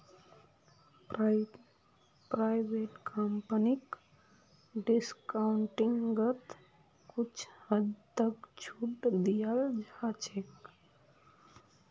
private कम्पनीक डिस्काउंटिंगत कुछ हद तक छूट दीयाल जा छेक